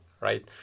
right